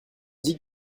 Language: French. dit